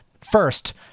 first